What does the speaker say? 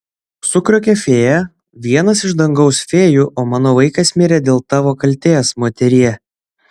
sukriokė fėja vienas iš dangaus fėjų o mano vaikas mirė dėl tavo kaltės moterie